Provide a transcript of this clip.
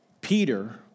Peter